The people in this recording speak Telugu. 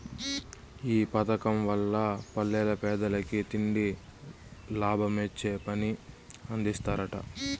ఈ పదకం వల్ల పల్లెల్ల పేదలకి తిండి, లాభమొచ్చే పని అందిస్తరట